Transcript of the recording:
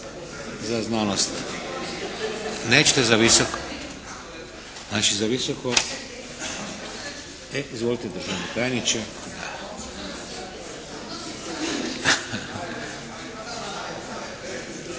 Znači za visoko.